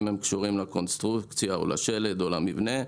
אם הם קשורים לקונסטרוקציה או לשלד או למבנה,